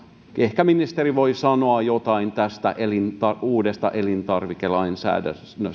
ehkä ministeri voi sanoa jotain tästä uudesta elintarvikelainsäädännöstä